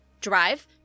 drive